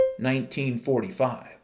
1945